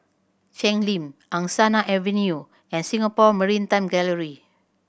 Cheng Lim Angsana Avenue and Singapore Maritime Gallery